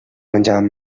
menjàvem